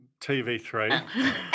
TV3